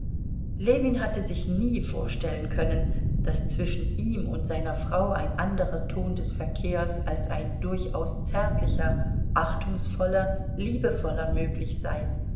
ljewin hatte sich nie vorstellen können daß zwischen ihm und seiner frau ein anderer ton des verkehrs als ein durchaus zärtlicher achtungsvoller liebevoller möglich sei